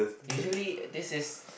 usually this is